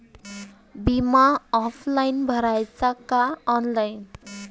बिमा ऑफलाईन भराचा का ऑनलाईन?